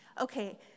Okay